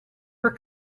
for